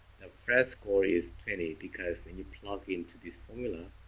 the phred score is twenty because when you plug into this formula,